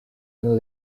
and